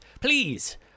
please